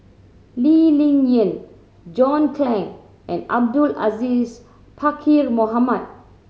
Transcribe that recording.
Lee Ling Yen John Clang and Abdul Aziz Pakkeer Mohamed